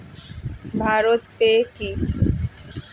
Bharat pay কি?